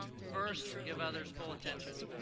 first give others full attention.